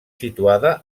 situada